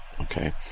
Okay